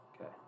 Okay